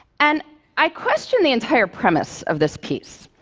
and i question the entire premise of this piece,